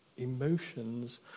Emotions